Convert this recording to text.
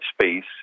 space